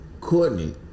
courtney